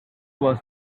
was